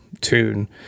tune